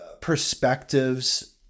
perspectives